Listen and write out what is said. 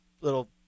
little